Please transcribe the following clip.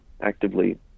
actively